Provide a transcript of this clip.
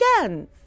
again